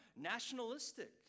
nationalistic